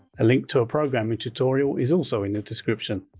a link to a programming tutorial is also in the description.